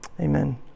Amen